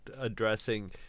addressing